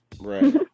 Right